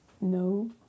no